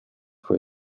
for